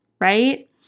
right